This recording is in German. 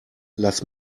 lass